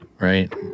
Right